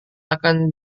akan